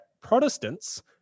Protestants